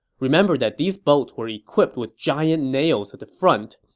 remember that these boats were equipped with giant nails at the front,